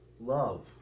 love